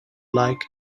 like